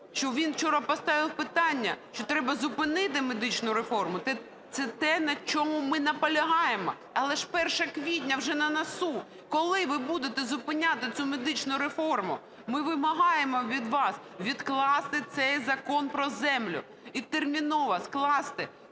що він вчора поставив питання, що треба зупинити медичну реформу – це те, на чому ми наполягаємо. Але ж 1 квітня вже на носі. Коли ви будете зупиняти цю медичну реформу? Ми вимагаємо від вас відкласти цей Закон про землю і терміново скласти